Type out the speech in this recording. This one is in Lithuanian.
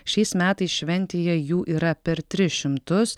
šiais metais šventėje jų yra per tris šimtus